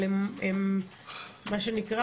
אבל הם מה שנקרא,